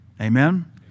Amen